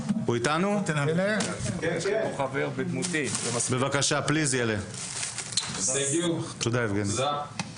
להלן התרגום החופשי:) תודה רבה.